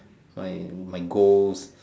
my my goals